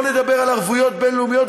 בוא נדבר על ערבויות בין-לאומית.